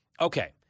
Okay